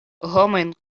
homojn